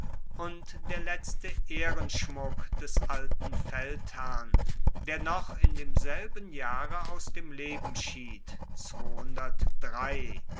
und der letzte ehrenschmuck des alten feldherrn der noch in demselben jahre aus dem leben schied